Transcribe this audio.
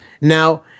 Now